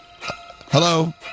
Hello